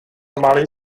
malý